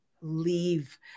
leave